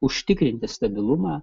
užtikrinti stabilumą